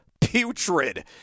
putrid